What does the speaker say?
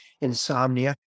insomnia